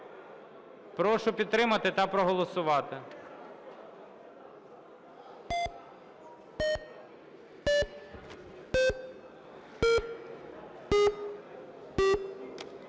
Прошу підтримати та проголосувати.